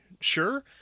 sure